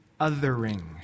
othering